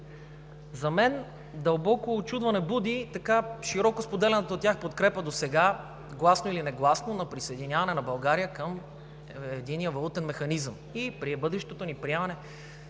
За мен дълбоко учудване буди широко споделяната от тях подкрепа досега – гласно или негласно, на присъединяване на България към Единния валутен механизъм и бъдещото ни приемане